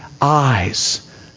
eyes